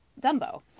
Dumbo